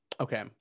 Okay